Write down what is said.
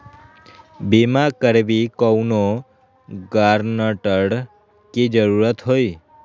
बिमा करबी कैउनो गारंटर की जरूरत होई?